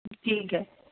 ਠੀਕ ਹੈ